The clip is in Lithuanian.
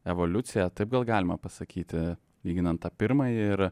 evoliuciją taip gal galima pasakyti lyginant tą pirmąjį ir